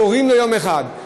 גורעים לו יום אחד.